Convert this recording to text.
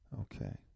Okay